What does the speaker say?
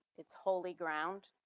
it's holy ground.